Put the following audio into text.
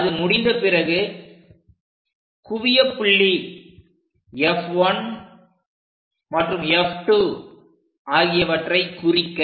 அது முடிந்த பிறகு குவிய புள்ளி F1 மற்றும் F2 ஆகியவற்றை குறிக்க